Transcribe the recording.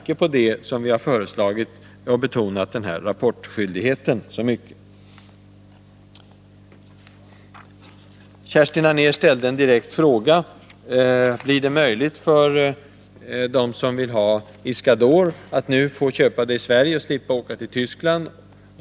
Kerstin Anér ställde en direkt fråga: Blir det möjligt för dem som vill ha Iscador att få köpa det i Sverige och slippa åka till Tyskland?